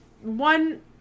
one